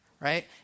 right